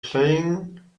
playing